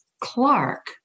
Clark